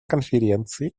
конференции